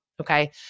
Okay